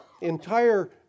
entire